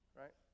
right